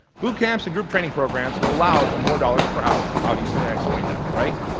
boot camps and group training programs allow for more dollars per hour. obviously i've explained that, right?